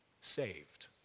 saved